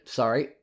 sorry